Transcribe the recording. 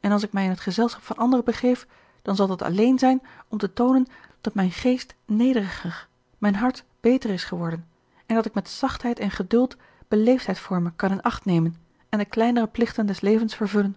en als ik mij in het gezelschap van anderen begeef dan zal dat alleen zijn om te toonen dat mijn geest nederiger mijn hart beter is geworden en dat ik met zachtheid en geduld beleefdheidvormen kan in acht nemen en de kleinere plichten des levens vervullen